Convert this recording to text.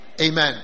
Amen